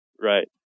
right